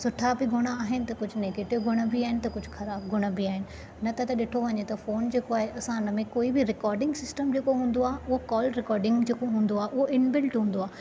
सुठा बि गुण आहिनि त कुझु नैगेटिव गुण बि आहिनि त कुझु ख़राबु गुण बि आहिनि न त त ॾिठो वञे त फ़ोन जेको आहे असां उन में कोई बि रिकॉर्डिंग सिस्टम जेको हूंदो उहे उहो कॉल रिकॉर्डिंग जेको हूंदो आहे उहो इनबिल्ट हूंदो आहे